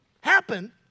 happen